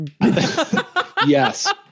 Yes